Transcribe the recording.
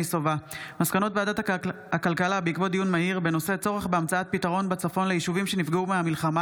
מסקנות ועדת הכלכלה בעקבות דיון מהיר בהצעתם של חברי